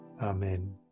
Amen